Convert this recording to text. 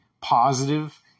positive